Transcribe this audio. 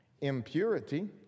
impurity